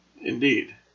Indeed